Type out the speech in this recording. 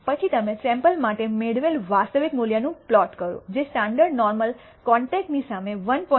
પછી તમે સેમ્પલ માટે મેળવેલ વાસ્તવિક મૂલ્યનું પ્લોટ કરો જે સ્ટાન્ડર્ડ નોર્મલ કાન્ટૈક્ટ ની સામે 1